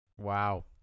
Wow